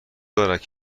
دارد